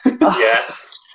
yes